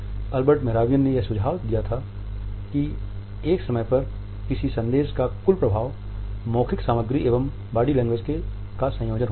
Albert Mehrabian ने यह सुझाव दिया था कि एक समय पर किसी संदेश का कुल प्रभाव मौखिक सामग्री एवं बॉडी लैंग्वेज का संयोजन होता है